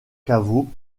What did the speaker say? caveau